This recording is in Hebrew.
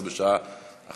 מחר,